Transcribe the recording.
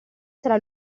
sarà